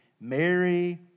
Mary